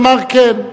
אמר כן,